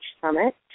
Summit